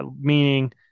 meaning